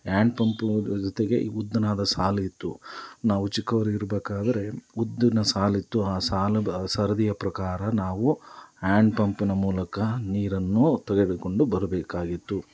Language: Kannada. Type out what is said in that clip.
ಆ್ಯಂಡ್ ಪಂಪು ಅದರ ಜೊತೆಗೆ ಈ ಉದ್ದವಾದ ಸಾಲು ಇತ್ತು ನಾವು ಚಿಕ್ಕವರು ಇರಬೇಕಾದ್ರೆ ಉದ್ದಿನ ಸಾಲು ಇತ್ತು ಆ ಸಾಲದ ಸರದಿಯ ಪ್ರಕಾರ ನಾವು ಹ್ಯಾಂಡ್ ಪಂಪಿನ ಮೂಲಕ ನೀರನ್ನು ತೆಗೆದುಕೊಂಡು ಬರಬೇಕಾಗಿತ್ತು